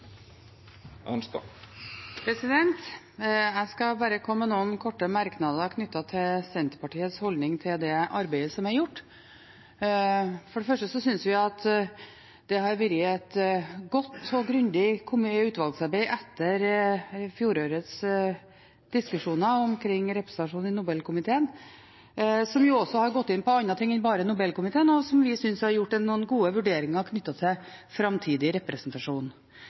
Jeg skal bare komme med noen korte merknader knyttet til Senterpartiets holdning til det arbeidet som er gjort. For det første synes vi at det etter fjorårets diskusjoner omkring representasjon i Nobelkomiteen har vært et godt og grundig arbeid fra utvalget, som også har gått inn på andre ting enn bare Nobelkomiteen, og som vi synes har gjort noen gode vurderinger knyttet til framtidig representasjon.